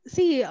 See